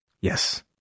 Yes